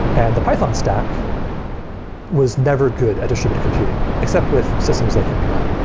and the python stack was never good at distributed computing, except with systems like mpi.